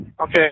Okay